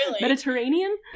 Mediterranean